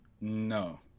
No